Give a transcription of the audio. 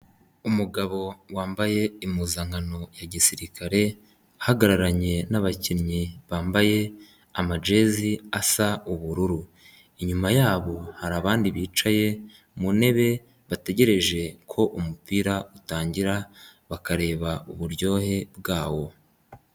Umugabo wambaye impuzankano ya gisirikare, ahagararanye n'abakinnyi bambaye amajezi asa ubururu. Inyuma yabo hari abandi bicaye mu ntebe bategereje ko umupira utangira bakareba uburyohe bwawo.